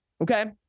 okay